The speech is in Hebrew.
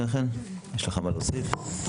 יש לך מה להוסיף?